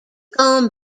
gone